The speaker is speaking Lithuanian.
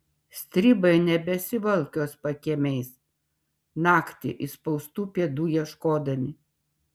stribai nebesivalkios pakiemiais naktį įspaustų pėdų ieškodami